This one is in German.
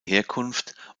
herkunft